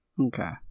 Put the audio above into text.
Okay